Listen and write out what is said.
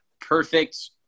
perfect